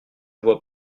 vois